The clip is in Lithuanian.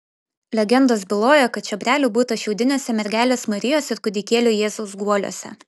legendos byloja kad čiobrelių būta šiaudiniuose mergelės marijos ir kūdikėlio jėzaus guoliuose